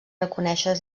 reconèixer